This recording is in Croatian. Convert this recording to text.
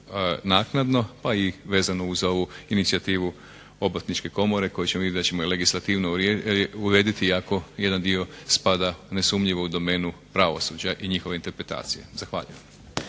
naknadno pa i vezano uz ovu inicijativu Obrtničke komore koju ćemo legislativno urediti iako jedan dio spada nesumnjivo u domenu pravosuđa i njihove interpretacije. Zahvaljujem.